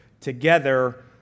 together